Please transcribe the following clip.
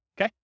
okay